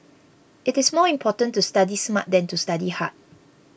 it is more important to study smart than to study hard